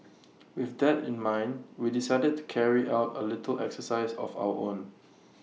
with that in mind we decided to carry out A little exercise of our own